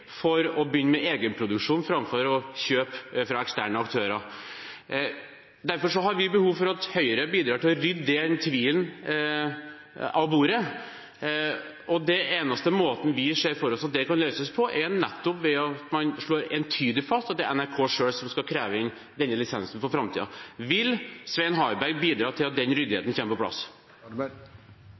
for å begynne med egenproduksjon framfor å kjøpe fra eksterne aktører. Derfor har vi behov for at Høyre bidrar til å rydde den tvilen av bordet. Den eneste måten vi ser for oss at det kan løses på, er nettopp ved at man slår entydig fast at det er NRK selv som for framtiden skal kreve inn denne lisensen. Vil Svein Harberg bidra til at den ryddigheten kommer på plass?